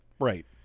Right